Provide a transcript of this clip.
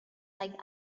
like